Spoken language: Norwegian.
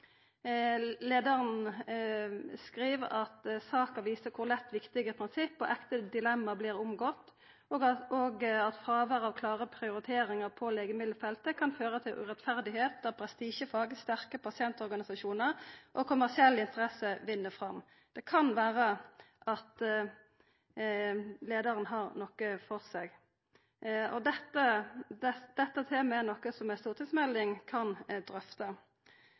skriv ein at saka viste kor lett viktige prinsipp og ekte dilemma blir omgått, og at fråveret av klare prioriteringar på legemiddelfeltet kan føra til urettferd der prestisjefag, sterke pasientorganisasjonar og kommersielle interesser vinn fram. Det kan vera at leiaren har noko for seg. Dette temaet er noko ei stortingsmelding kan drøfta.